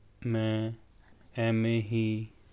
ਮੈਂ ਐਵੇਂ ਹੀ